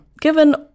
given